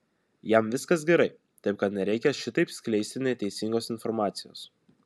jam viskas gerai taip kad nereikia šitaip skleisti neteisingos informacijos